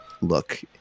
look